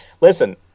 Listen